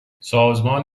سازمان